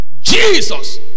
Jesus